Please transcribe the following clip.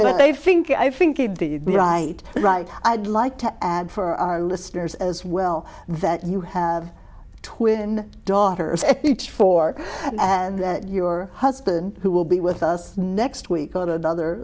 fink i think right right i'd like to add for our listeners as well that you have twin daughters each four and that your husband who will be with us next week go to another